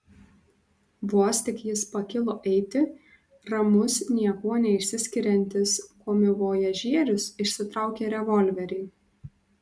vos tik jis pakilo eiti ramus niekuo neišsiskiriantis komivojažierius išsitraukė revolverį